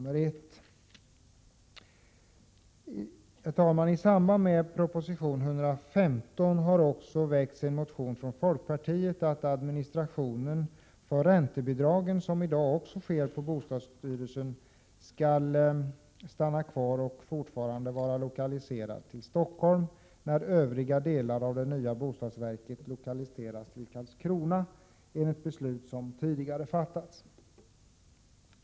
Med anledning av proposition 115 har folkpartiet väckt en motion om att administrationen av räntebidragen, som i dag sker på bostadsstyrelsen, även fortsättningsvis skall vara lokaliserad till Stockholm när Övriga delar av det nya planoch bostadsverket utlokaliseras till Karlskrona enligt beslut som tidigare har fattats.